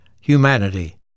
humanity